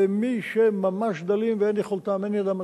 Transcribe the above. למי שממש דלים ואין ידם משגת.